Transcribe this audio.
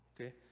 okay